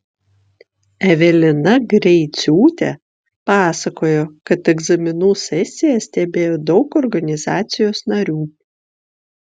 evelina greiciūtė pasakojo kad egzaminų sesiją stebėjo daug organizacijos narių